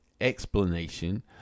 explanation